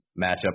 matchup